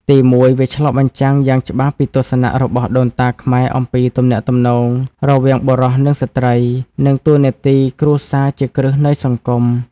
ទីមួយ វាឆ្លុះបញ្ចាំងយ៉ាងច្បាស់ពីទស្សនៈរបស់ដូនតាខ្មែរអំពីទំនាក់ទំនងរវាងបុរសនិងស្ត្រី និងតួនាទីគ្រួសារជាគ្រឹះនៃសង្គម។